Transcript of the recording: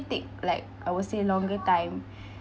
take like I would say longer time